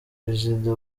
perezida